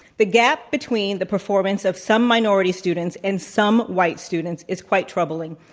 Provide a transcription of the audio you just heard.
the gap between the performance of some minority students and some white students is quite troubling,